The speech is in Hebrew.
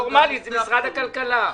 ופורמלית זה משרד הכלכלה.